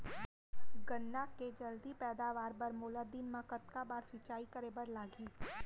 गन्ना के जलदी पैदावार बर, मोला दिन मा कतका बार सिंचाई करे बर लागही?